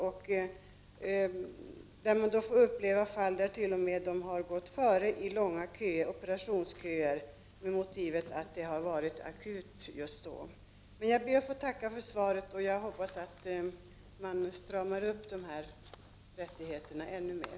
Man kan t.o.m. få uppleva fall där de gått före i långa operationsköer med motivet att det har varit akut just då. Jag tackar än en gång för svaret, och jag hoppas att man stramar upp de här rättigheterna ännu mer.